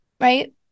right